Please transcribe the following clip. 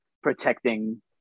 protecting